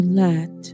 let